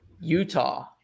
Utah